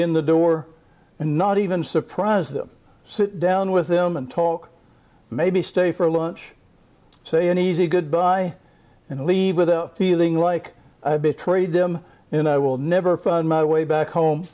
in the door and not even surprise them sit down with them and talk maybe stay for lunch say an easy goodbye and leave without feeling like i've betrayed them and i will never find my way back home